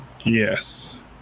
Yes